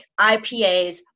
IPAs